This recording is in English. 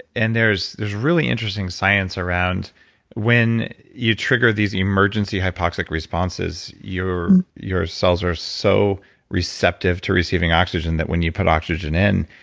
and there's there's really interesting science around when you trigger these emergency hypoxic responses, your your cells are so receptive to receiving oxygen that when you put oxygen in,